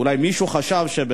אולי מישהו חשב,